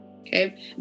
Okay